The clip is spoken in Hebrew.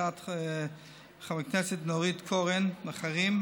הצעת חברת הכנסת נורית קורן ואחרים,